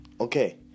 Okay